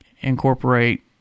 incorporate